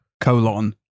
Colon